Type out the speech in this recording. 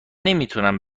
نمیتونم